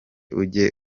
ujye